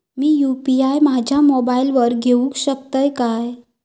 मी UPI माझ्या मोबाईलावर घेवक शकतय काय?